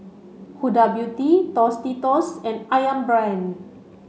Huda Beauty Tostitos and Ayam Brand